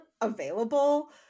available